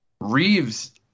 reeves